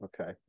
Okay